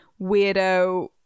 weirdo